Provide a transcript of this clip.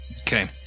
Okay